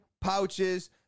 pouches